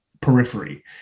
periphery